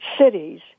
cities